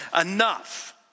Enough